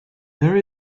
there